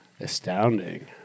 Astounding